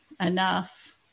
enough